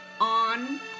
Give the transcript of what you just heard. on